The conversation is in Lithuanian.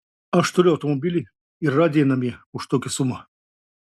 aš turiu automobilį ir radiją namie už tokią sumą